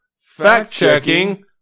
fact-checking